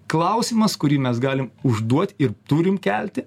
klausimas kurį mes galim užduot ir turim kelti